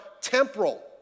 temporal